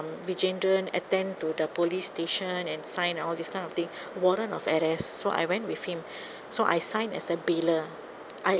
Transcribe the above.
vijayendran attend to the police station and sign all this kind of the thing warrant of arrest so I went with him so I sign as the bailer I